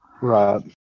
right